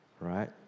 right